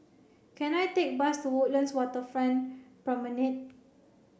can I take a bus to Woodlands Waterfront Promenade